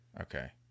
Okay